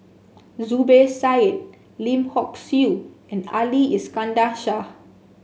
Zubir Said Lim Hock Siew and Ali Iskandar Shah